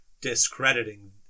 discrediting